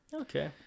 Okay